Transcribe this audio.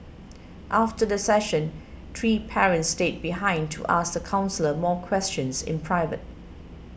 after the session three parents stayed behind to ask the counsellor more questions in private